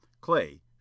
Clay